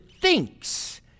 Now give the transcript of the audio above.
thinks